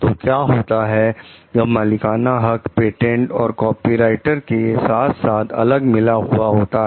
तो क्या होता है जब मालिकाना हक पेटेंट और कॉपीराइट के साथ अलग अलग मिला हुआ होता है